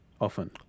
often